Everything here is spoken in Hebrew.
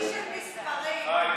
איש של מספרים.